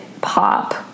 pop